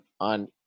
on